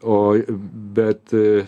o bet